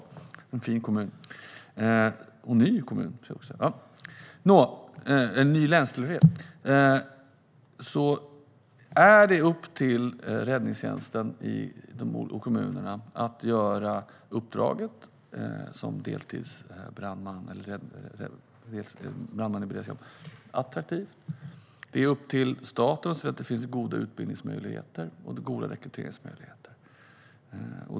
Det är en fin kommun med en ny länstillhörighet. Det är upp till räddningstjänsten i de olika kommunerna att göra uppdraget som brandman i beredskap attraktivt. Det är upp till staten att se till att det finns goda utbildnings och rekryteringsmöjligheter.